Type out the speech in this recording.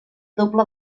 doble